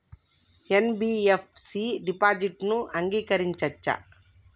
NBFC డిపాజిట్లను అంగీకరించవచ్చా?